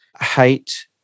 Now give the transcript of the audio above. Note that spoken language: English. hate